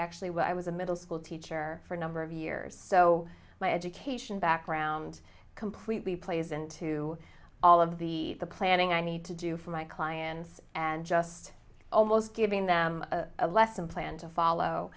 actually when i was a middle school teacher for a number of years so my education background completely plays into all of the planning i need to do for my clients and just almost giving them a lesson plan to follow